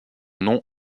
nom